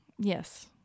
Yes